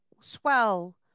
swell